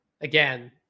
again